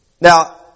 Now